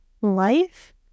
life